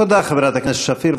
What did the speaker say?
תודה, חברת הכנסת שפיר.